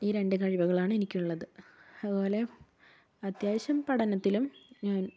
ഈ രണ്ട് കഴിവുകളാണ് എനിക്കുള്ളത് അതുപോലെ അത്യാവശ്യം പഠനത്തിലും ഞാൻ